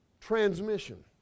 transmission